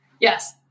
Yes